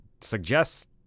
suggest